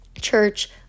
church